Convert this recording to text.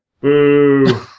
Boo